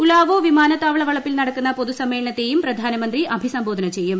ഉളാവ്യോ വിമാനത്താവള വളപ്പിൽ നടക്കുന്ന പൊതു സമ്മേളനത്തേയു് പ്രധാനമന്ത്രി അഭിസംബോധന ചെയ്യും